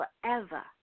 forever